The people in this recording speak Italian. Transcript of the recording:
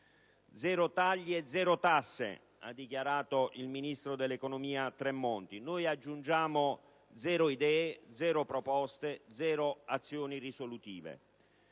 zero tagli e zero tasse ha dichiarato il ministro dell'economia e delle finanze Tremonti. Noi aggiungiamo: zero idee, zero proposte, zero azioni risolutive.